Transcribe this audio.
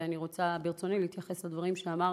ברצוני להתייחס לדברים שאמרת,